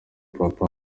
papa